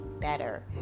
better